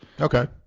Okay